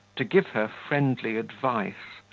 to give her friendly advice.